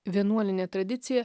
vienuolinė tradicija